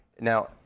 Now